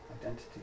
identity